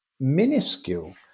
minuscule